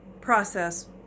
process